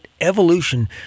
evolution